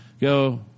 go